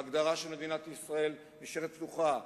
וההגדרה של מדינת ישראל נשארת פתוחה.